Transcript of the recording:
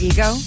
Ego